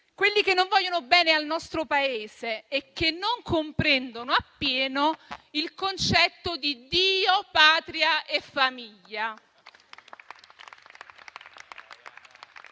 quelli che non vogliono bene al nostro Paese e che non comprendono appieno il concetto di Dio, Patria e famiglia.